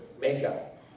makeup